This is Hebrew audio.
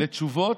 לתשובות,